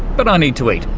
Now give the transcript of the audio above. but i need to eat,